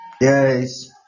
yes